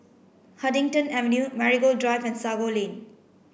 Huddington Avenue Marigold Drive and Sago Lane